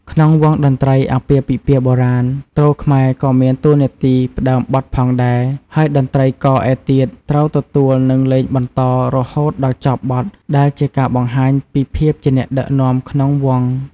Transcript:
ក្នុងវង់តន្ត្រីអាពាហ៍ពិពាហ៍បុរាណ ទ្រខ្មែរក៏មានតួនាទីផ្តើមបទផងដែរ ហើយតន្ត្រីករឯទៀតត្រូវទទួលនិងលេងបន្តរហូតដល់ចប់បទដែលជាការបង្ហាញពីភាពជាអ្នកដឹកនាំក្នុងវង់។